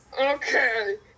Okay